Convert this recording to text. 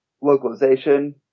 localization